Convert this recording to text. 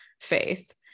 faith